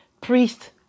priest